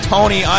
Tony